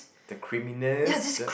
the creaminess the